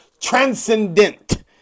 transcendent